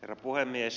herra puhemies